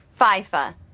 FIFA